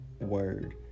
word